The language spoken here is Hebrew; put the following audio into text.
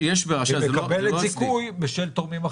ומקבלת זיכוי בשל תורמים אחרים.